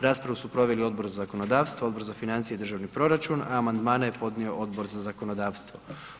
Raspravu su proveli Odbor za zakonodavstvo, Odbor za financije i državni proračun, a amandmane je podnio Odbor za zakonodavstvo.